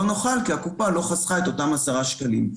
לא נוכל כי הקופה לא חסכה את אותם עשרה שקלים.